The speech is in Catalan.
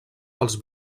pels